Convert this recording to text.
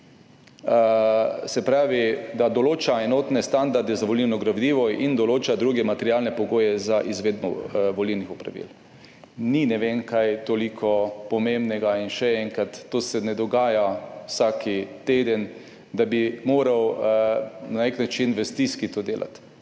se pravi, da določa enotne standarde za volilno gradivo in določa druge materialne pogoje za izvedbo volilnih opravil. Ni ne vem kaj toliko pomembnega in še enkrat, to se ne dogaja vsak teden, da bi moral na nek način v stiski to delati.